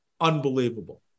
Unbelievable